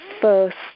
first